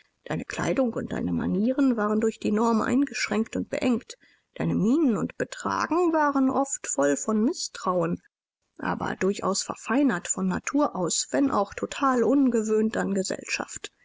deine kleidung und deine manieren waren durch die norm eingeschränkt und beengt deine mienen und betragen waren oft voll von mißtrauen aber durchaus verfeinert von natur aus wenn auch total ungewöhnt an gesellschaft